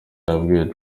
yabwiye